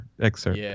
excerpt